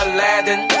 Aladdin